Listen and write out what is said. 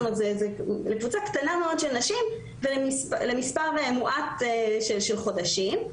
כלומר לקבוצה קטנה מאוד של נשים ולמספר מועט של חודשים,